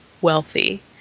wealthy